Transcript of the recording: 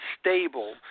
stable